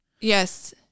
Yes